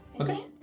Okay